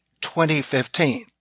2015